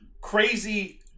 crazy